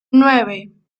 nueve